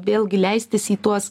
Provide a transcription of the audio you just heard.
vėlgi leistis į tuos